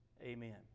Amen